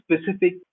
specific